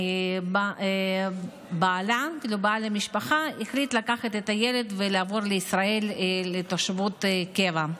אבי המשפחה החליט לקחת את הילד ולעבור לישראל לתושבות קבע.